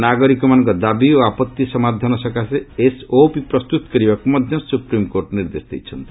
ନାଗରିକମାନଙ୍କର ଦାବି ଓ ଆପଭି ସମାଧାନ ସକାଶେ ଏସ୍ଓପି ପ୍ରସ୍ତୁତ କରିବାକୁ ମଧ୍ୟ ସୁପ୍ରିମ୍କୋର୍ଟ ନିର୍ଦ୍ଦେଶ ଦେଇଛନ୍ତି